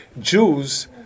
Jews